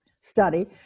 study